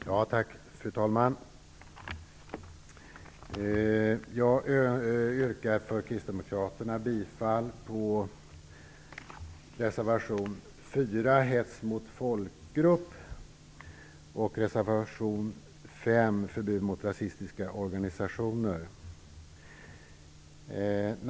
Fru talman! Jag yrkar för kristdemokraternas räkning bifall till reservation 4, Hets mot folkgrupp, och till reservation 5, Förbud mot rasistiska organisationer.